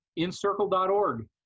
Incircle.org